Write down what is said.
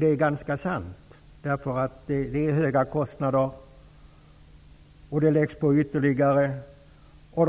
Det är ganska sant, därför att det är höga kostnader, och det läggs på ytterligare kostnader.